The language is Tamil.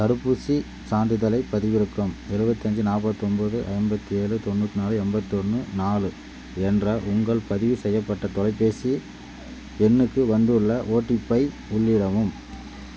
தடுப்பூசி சான்றிதழை பதிவிறக்க எழுபத்தஞ்சி நாற்பத்தொம்போது ஐம்பத்தேழு தொண்ணூத்தி நாலு எண்பத்தொன்னு நாலு என்ற உங்கள் பதிவு செய்யப்பட்ட தொலைபேசி எண்ணுக்கு வந்துள்ள ஓடிபை உள்ளிடவும்